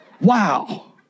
Wow